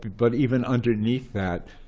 but even underneath that,